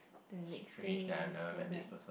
the next day we just go back